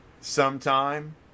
sometime